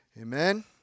Amen